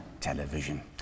television